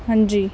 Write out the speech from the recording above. ਹਾਂਜੀ